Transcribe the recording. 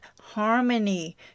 harmony